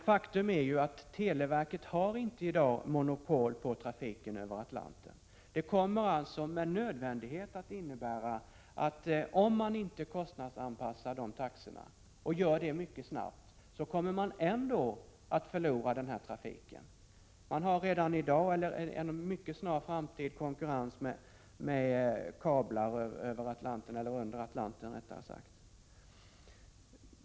Faktum är emellertid att televerket i dag inte har något monopol på trafiken över Atlanten. Det kommer med nödvändighet att innebära att om man inte kostnadsanpassar de taxorna — och gör det mycket snabbt — så kommer man ändå att förlora den trafiken. Redan i dag eller inom en mycket snar framtid har man konkurrens med kablar under Atlanten.